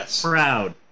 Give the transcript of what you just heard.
proud